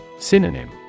Synonym